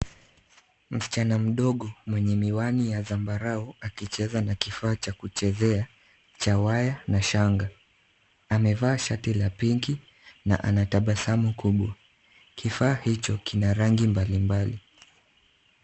Msichana mdogo mwenye miwani ya zambarau akicheza na kifaa cha kuchezea cha waya na shanga. Akiwa amevaa shati la pinki na anatabasamu kubwa. Kifaa hicho kina rangi mbalimbali.